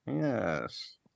Yes